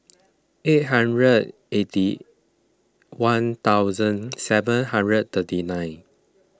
eight hundred eighty one thousand seven hundred thirty nine